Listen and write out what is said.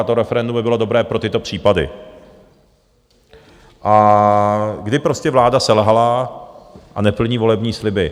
A to referendum by bylo dobré pro tyto případy, kdy prostě vláda selhala a neplní volební sliby.